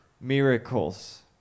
miracles